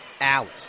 Out